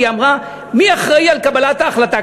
והיא אמרה: מי אחראי לקבלת ההחלטה?